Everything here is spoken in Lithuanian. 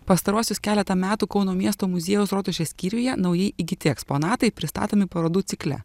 pastaruosius keletą metų kauno miesto muziejaus rotušės skyriuje naujai įgyti eksponatai pristatomi parodų cikle